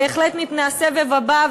מפני הסבב הבא,